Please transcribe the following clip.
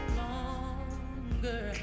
longer